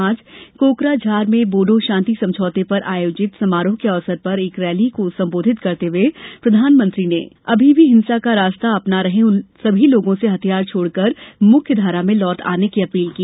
आज कोकराझार में बोडो शांति समझौते पर आयोजित समारोह के अवसर पर एक रैली को संबोधित करते हुए प्रधानमंत्री ने अभी भी हिंसा का रास्ता अपना रहे उन सभी लोगों से हथियार छोड़कर मुख्यधारा में लौट आने की अपील की